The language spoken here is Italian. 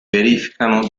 verificano